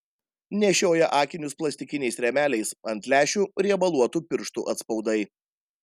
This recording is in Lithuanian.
nešioja akinius plastikiniais rėmeliais ant lęšių riebaluotų pirštų atspaudai